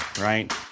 Right